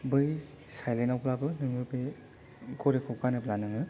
बै सायलेन्त आवब्लाबो नोङो बे घरिखौ गानोब्ला नोङो